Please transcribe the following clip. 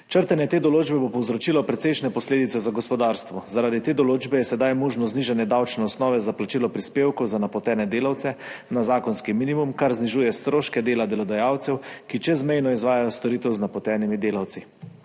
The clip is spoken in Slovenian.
Črtanje te določbe bo povzročilo precejšnje posledice za gospodarstvo. Zaradi te določbe je sedaj možno znižanje davčne osnove za plačilo prispevkov za napotene delavce na zakonski minimum, kar znižuje stroške dela delodajalcev, ki čezmejno izvajajo storitev z napotenimi delavci.